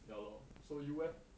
ya lor so you leh